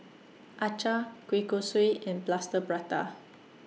Acar Kueh Kosui and Plaster Prata